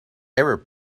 error